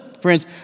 friends